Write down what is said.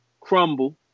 crumble